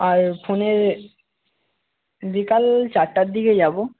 আর ফোনের বিকাল চারটার দিকে যাবো